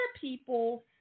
people